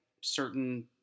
certain